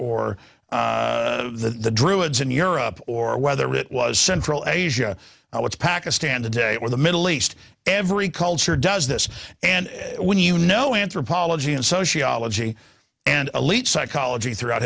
or the druids in europe or whether it was central asia now it's pakistan today or the middle east every culture does this and when you know anthropology and sociology and elite psychology throughout